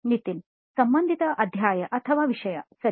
ನಿತಿನ್ ಸಂಬಂಧಿತ ಅಧ್ಯಾಯ ಅಥವಾ ವಿಷಯ ಸರಿ